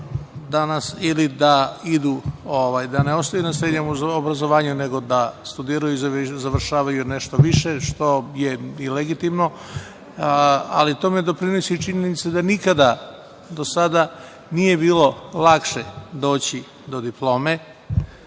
danas ili da ne ostanu na srednjem obrazovanju nego da studiraju i završavaju nešto više što je i legitimno, ali tome doprinosi činjenica da nikada do sada nije bilo lakše doći do diplome. Znamo